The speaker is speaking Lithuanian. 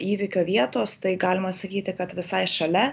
įvykio vietos tai galima sakyti kad visai šalia